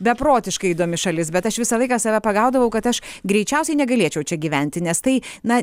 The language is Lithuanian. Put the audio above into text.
beprotiškai įdomi šalis bet aš visą laiką save pagaudavau kad aš greičiausiai negalėčiau čia gyventi nes tai na